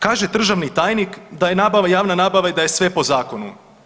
Kaže državni tajnik da je nabava, javna nabava i da je sve po zakonu.